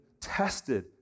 tested